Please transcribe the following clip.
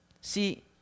See